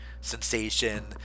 Sensation